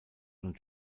und